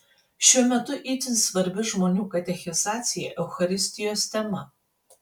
šiuo metu itin svarbi žmonių katechizacija eucharistijos tema